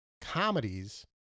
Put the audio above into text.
comedies